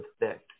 effect